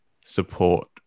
support